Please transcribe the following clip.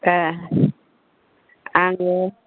ए आङो